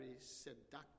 seductive